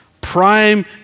Prime